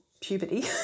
puberty